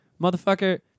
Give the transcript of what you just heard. Motherfucker